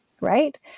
right